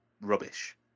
rubbish